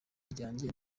ryanjye